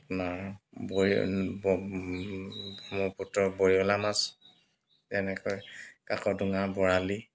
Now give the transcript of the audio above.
আপোনাৰ বয়ি ব্ৰহ্মপুত্ৰৰ বৰিয়লা মাছ তেনেকৈ কাকডোঙাৰ বৰালি